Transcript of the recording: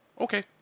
Okay